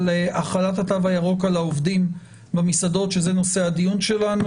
להחלת התו הירוק על העובדים במסעדות שזה נושא הדיון שלו.